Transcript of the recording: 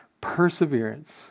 Perseverance